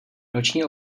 noční